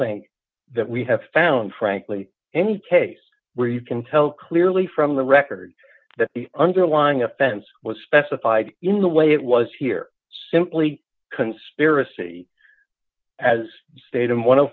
think that we have found frankly any case where you can tell clearly from the record that the underlying offense was specified in the way it was here simply conspiracy as stated one of